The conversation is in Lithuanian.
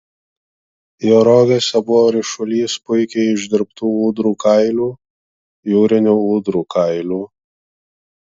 jo rogėse buvo ryšulys puikiai išdirbtų ūdrų kailių jūrinių ūdrų kailių